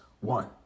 One